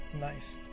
Nice